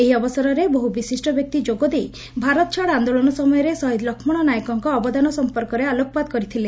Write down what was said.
ଏହି ଅବସରରେ ବହୁ ବିଶିଷ୍ ବ୍ୟକ୍ତି ଯୋଗଦେଇ ଭାରତ ଛାଡ଼ ଆଦୋଳନ ସମୟରେ ଶହୀଦ୍ ଲକ୍ଷଣ ନାଏକଙ୍କ ଅବଦାନ ସମ୍ମର୍କରେ ଆଲୋକପାତ କରିଥିଲେ